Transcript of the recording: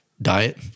Diet